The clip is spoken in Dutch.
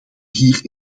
hier